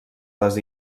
les